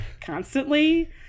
constantly